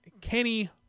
Kenny